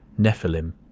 Nephilim